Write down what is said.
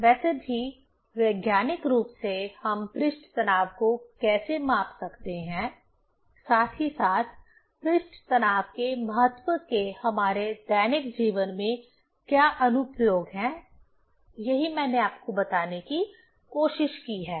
वैसे भी वैज्ञानिक रूप से हम पृष्ठ तनाव को कैसे माप सकते हैं साथ ही साथ पृष्ठ तनाव के महत्व के हमारे दैनिक जीवन में क्या अनुप्रयोग हैं यही मैंने आपको बताने की कोशिश की है